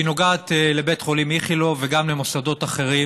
והיא נוגעת לבית החולים איכילוב וגם למוסדות אחרים.